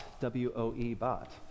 W-O-E-Bot